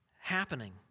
happening